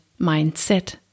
mindset